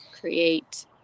create